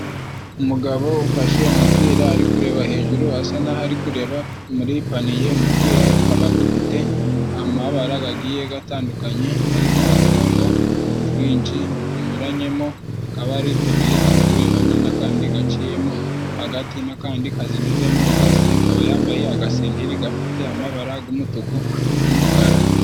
Umugabo ufashe umupira ari kureba hejuru asa naho ari kureba muri paniye. Umupira gukaba gufite amabara agiye gatandukanye harimo uturongo twinji binyuranyemo, akaba ari tubiri turi kurebana n'akandi gaciyemo hagati n'akandi kazinyuzemo zose akaba yambaye agasengeri gafite amabara g'umutuku n'umukara.